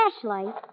flashlight